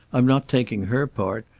i'm not taking her part.